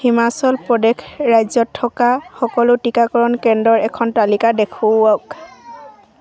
হিমাচল প্ৰদেশ ৰাজ্যত থকা সকলো টীকাকৰণ কেন্দ্ৰৰ এখন তালিকা দেখুৱাওক